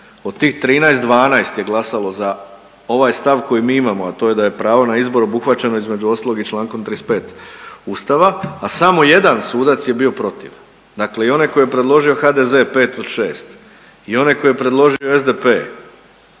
Od tih 13, 12 je glasalo za ovaj stav koji mi imamo, a to je da je pravo na izbor obuhvaćeno između ostalog i člankom 35. Ustava, a samo jedan sudac je bio protiv. Dakle i onaj koji je predložio HDZ-e 5 od 6, i onaj koji je predložio SDP-e